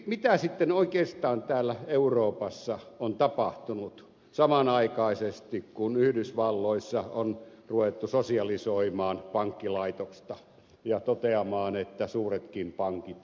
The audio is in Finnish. mitä sitten oikeastaan täällä euroopassa on tapahtunut samanaikaisesti kun yhdysvalloissa on ruvettu sosialisoimaan pankkilaitosta ja toteamaan että suuretkin pankit kaatuvat